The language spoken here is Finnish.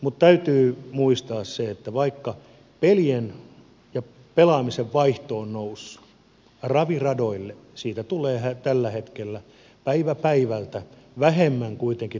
mutta täytyy muistaa se että vaikka pelien ja pelaamisen vaihto on noussut raviradoille siitä tulee tällä hetkellä päivä päivältä vähemmän kuitenkin tuloutusta